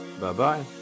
Bye-bye